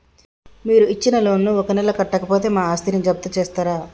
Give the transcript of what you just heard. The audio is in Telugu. మీరు ఇచ్చిన లోన్ ను ఒక నెల కట్టకపోతే మా ఆస్తిని జప్తు చేస్తరా?